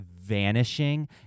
vanishing